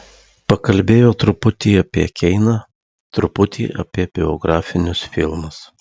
pakalbėjo truputį apie keiną truputį apie biografinius filmus